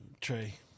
trey